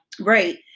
right